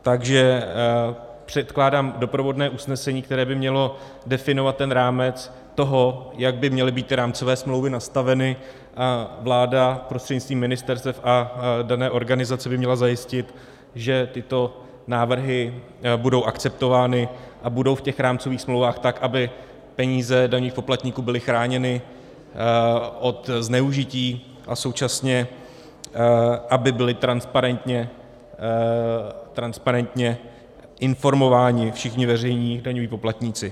Takže předkládám doprovodné usnesení, které by mělo definovat rámec toho, jak by měly být rámcové smlouvy nastaveny, a vláda prostřednictvím ministerstev a dané organizace by měla zajistit, že tyto návrhy budou akceptovány a budou v rámcových smlouvách tak, aby peníze daňových poplatníků byly chráněny od zneužití a současně aby byli transparentně informováni všichni veřejní daňoví poplatníci.